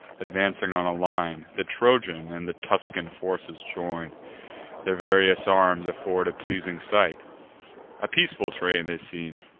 advancing on a line, the trojan and the tuscan forces join their various arms afford a pleasing sight a peaceful train they seem,